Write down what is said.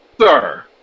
Sir